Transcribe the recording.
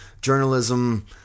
journalism